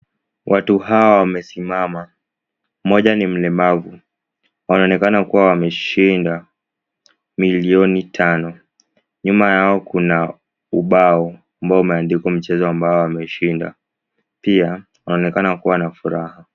Watu hawa wamesimama, mmoja ni mlemavu wanaonekana kuwa wameshinda milioni tano. Nyuma yao kuna ubao ambao umeandikwa mchezo ambao wameshinda, pia wanaonekana kuwa na furaha.